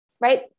right